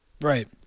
Right